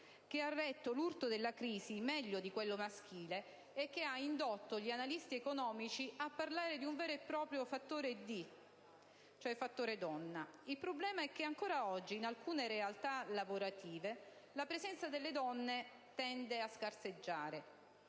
che ha retto l'urto della crisi meglio di quello maschile e che ha indotto gli analisti economici a parlare di un vero e proprio «fattore D», cioè fattore donna. Il problema è che ancora oggi in alcune realtà lavorative la presenza delle donne tende a scarseggiare.